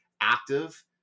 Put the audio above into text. active